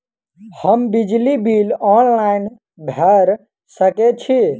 हम बिजली bill online भैर सकै छी?